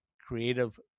creative